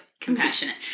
compassionate